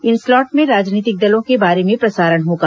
इन slot में राजनीतिक दलों के बारे में प्रसारण होगा